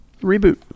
Reboot